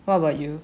what about you